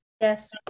Yes